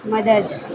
મદદ